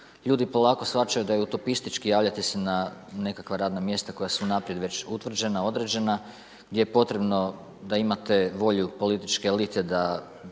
ljudi polako shvaćaju da je utopistički javljati se na nekakva radna mjesta, koja su unaprijed već utvrđena, određena, gdje je potrebno, da imate volju političke elite